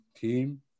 team